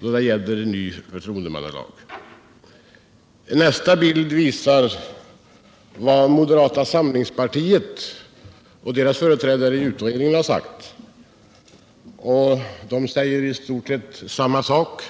då det gäller en ny förtroendemannalag. Det framgår av den första bilden. Nästa bild visar vad moderata samlingspartiet och dess företrädare i utredningen har sagt. De säger i stort sett samma sak.